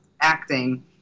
acting